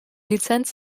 lizenz